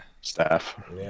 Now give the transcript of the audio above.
staff